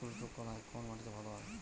কুলত্থ কলাই কোন মাটিতে ভালো হয়?